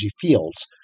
fields